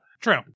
True